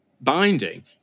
binding